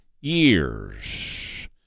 years